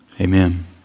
Amen